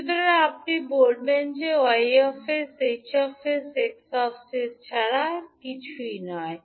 সুতরাং আপনি বলবেন যে 𝑌 𝑠 𝐻 𝑠 𝑋 𝑠 ছাড়া আর কিছুই নয়